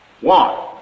One